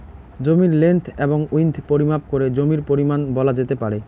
জমির লেন্থ এবং উইড্থ পরিমাপ করে জমির পরিমান বলা যেতে পারে